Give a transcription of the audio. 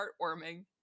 heartwarming